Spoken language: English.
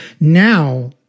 Now